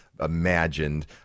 imagined